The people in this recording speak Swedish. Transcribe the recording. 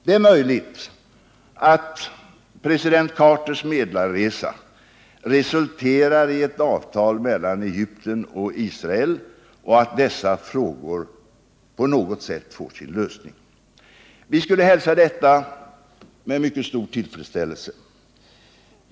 Det är möjligt att president Carters medlarresa resulterar i ett avtal mellan Egypten och Israel och att frågorna på något sätt får sin lösning. Vi skulle hälsa detta med mycket stor tillfredsställelse.